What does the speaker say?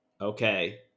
Okay